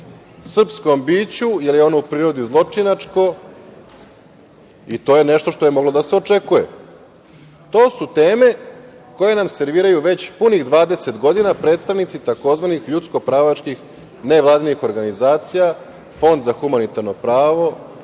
srpskom biću, jer je ono u prirodi zločinačko i to je nešto što je moglo da se očekuje. To su teme koje nam serviraju već punih 20 godina, predstavnici, takozvanih ljudsko-pravačkih nevladinih organizacija, „Fond za humanitarno pravo“,